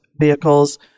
vehicles